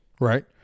right